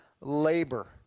labor